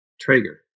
Traeger